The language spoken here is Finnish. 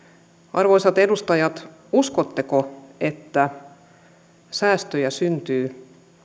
arvoisat edustajat uskotteko että säästöjä syntyy